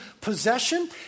possession